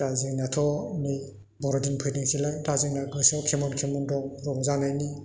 दा जोंनाथ' नै बर'दिन फैनोसैलाय दा जोंना गोसोआव खेमन खेमन दं रंजानायनि